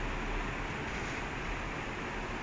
you must have ninety five percent accuracy ஆனா வந்து:aanaa vanthu if they